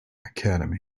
academy